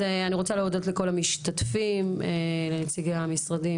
אני רוצה להודות לכל המשתתפים: לנציגי המשרדים,